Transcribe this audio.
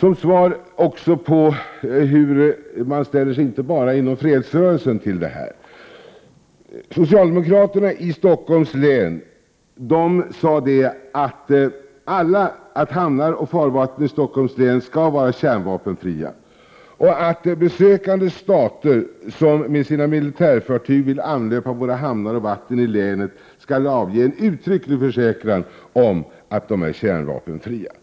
något beröra hur man utanför fredsrörelsen ställer sig till detta. Socialdemokraterna i Stockholms län uttalade att alla hamnar och farvatten i Stockholms län skall vara kärnvapenfria och att besökande stater som med sina militärfartyg vill anlöpa våra hamnar och vatten i länet skall avge en uttrycklig försäkran om att de är kärnvapenfria.